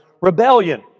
rebellion